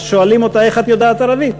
אז שואלים אותה, איך את יודעת ערבית?